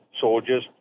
soldiers